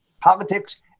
Politics